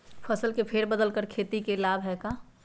फसल के फेर बदल कर खेती के लाभ है का?